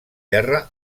terra